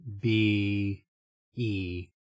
B-E